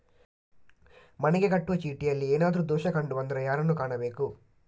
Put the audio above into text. ಮನೆಗೆ ಕಟ್ಟುವ ಚೀಟಿಯಲ್ಲಿ ಏನಾದ್ರು ದೋಷ ಕಂಡು ಬಂದರೆ ಯಾರನ್ನು ಕಾಣಬೇಕು?